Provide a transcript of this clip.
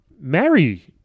marry